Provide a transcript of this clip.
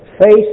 faith